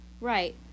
right